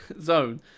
Zone